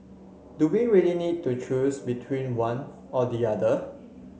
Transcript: do we really need to choose between one or the other